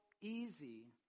easy